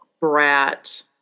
brat